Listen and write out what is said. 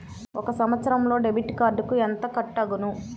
ఒక సంవత్సరంలో డెబిట్ కార్డుకు ఎంత కట్ అగును?